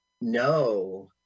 No